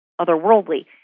otherworldly